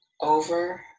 over